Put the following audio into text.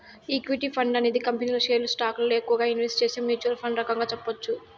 equity fund అనేది కంపెనీల షేర్లు స్టాకులలో ఎక్కువగా ఇన్వెస్ట్ చేసే మ్యూచ్వల్ ఫండ్ రకంగా చెప్పొచ్చు